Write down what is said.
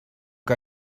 que